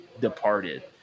departed